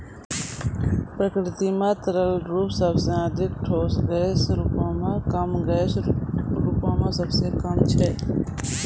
प्रकृति म तरल रूप सबसें अधिक, ठोस रूपो म कम, गैस रूपो म सबसे कम छै